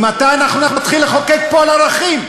מתי אנחנו נתחיל לחוקק פה על ערכים?